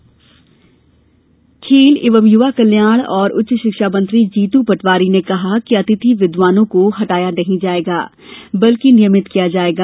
खेल खेल एवं युवा कल्याण और उच्च शिक्षा मंत्री जीतू पटवारी ने कहा कि अतिथि विद्वानों को हटाया नहीं जायेगा बल्कि नियमित किया जायेगा